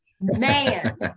man